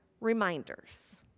reminders